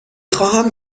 خواهم